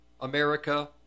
America